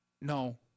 No